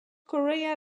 korea